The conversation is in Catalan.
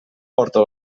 porta